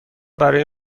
برای